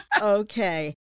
okay